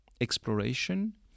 Exploration